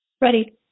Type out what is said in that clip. Ready